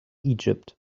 egypt